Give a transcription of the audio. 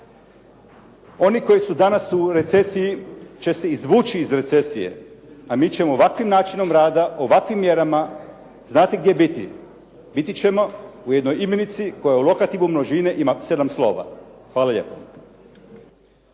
oni koji su danas u recesiji će se izvući iz recesije a mi ćemo ovakvim načinom rada, ovakvim mjerama, znate gdje biti? Biti ćemo u jednoj imenici koja u lokativu množine ima 7 slova. Hvala lijepo.